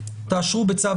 תאשרו בצו,